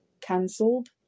cancelled